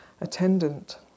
attendant